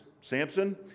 Samson